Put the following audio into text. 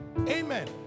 Amen